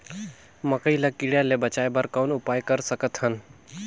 मकई ल कीड़ा ले बचाय बर कौन उपाय कर सकत हन?